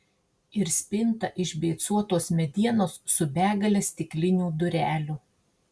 ir spinta iš beicuotos medienos su begale stiklinių durelių